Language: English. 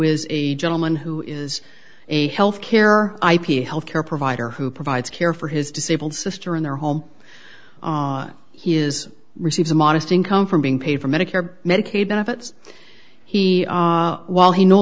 is a gentleman who is a health care ip health care provider who provides care for his disabled sister in their home he is receives a modest income from being paid for medicare medicaid benefits he while he no